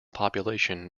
population